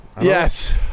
Yes